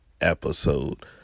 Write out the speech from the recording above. episode